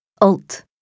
Alt